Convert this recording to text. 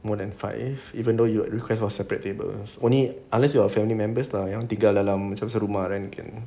more than five even though your request for separate tables only unless you are a family members lah yang tinggal dalam serumah right